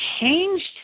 changed